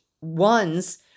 ones